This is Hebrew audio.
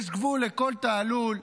יש גבול לכל תעלול.